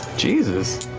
jesus.